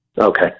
Okay